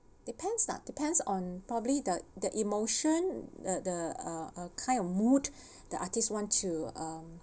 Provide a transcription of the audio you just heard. depends lah depends on probably the the emotion the the uh uh kind of mood the artist wants to um